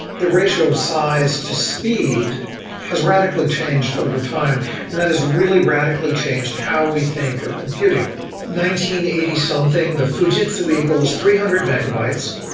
the ratio size to speed has radically changed over time and that has really radically changed how we think of computing eighty something, the fujitsu eagle is three hundred megabytes,